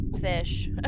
fish